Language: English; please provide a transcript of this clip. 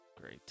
Great